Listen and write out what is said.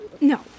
No